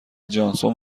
جانسون